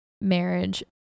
marriage